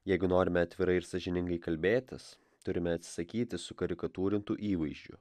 jeigu norime atvirai ir sąžiningai kalbėtis turime atsisakyti sukarikatūrintų įvaizdžių